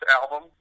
album